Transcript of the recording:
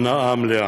בהנאה מלאה.